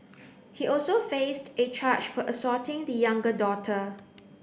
he also faced a charge for assaulting the younger daughter